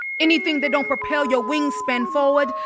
anything that don't propel your wingspan forward,